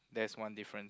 that's one difference